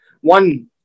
one